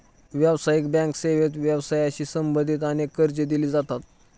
व्यावसायिक बँक सेवेत व्यवसायाशी संबंधित अनेक कर्जे दिली जातात